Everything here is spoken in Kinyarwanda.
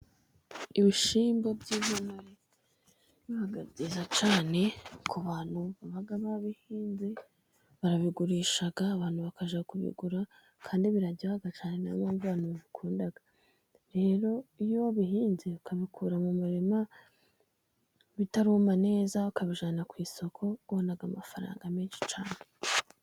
Ibishimbo by'intonore biba byiza cyane, ku bantu baba babahinze, barabigurisha abantu bakajya kubigura, kandi biraryoha cyane, ni yo mpamvu abantu babikunda. Rero iyo bihinze ukabikura mu muririma, bitaruma neza ukabijyana ku isoko, ubona amafaraga menshi cyane.